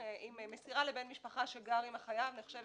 אם מסירה לבן משפחה שגר עם החייב נחשבת